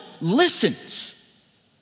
listens